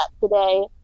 today